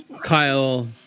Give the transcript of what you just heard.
Kyle